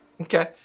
Okay